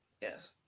Yes